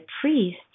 priest